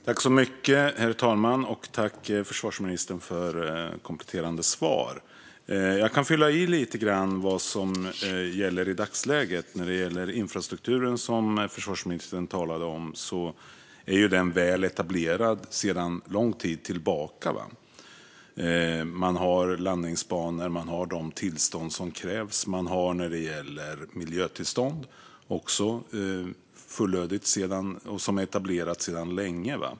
Herr talman! Jag tackar försvarsministern för kompletterande svar. Jag kan fylla i lite grann vad som gäller i dagsläget. När det gäller infrastrukturen, som försvarsministern talade om, är den väl etablerad sedan lång tid tillbaka. Man har landningsbanor. Man har de tillstånd som krävs. Man har fullödiga miljötillstånd sedan länge.